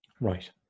Right